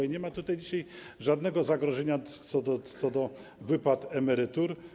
I nie ma tutaj dzisiaj żadnego zagrożenia co do wypłat emerytur.